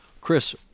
Chris